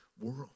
world